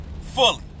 fully